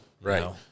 Right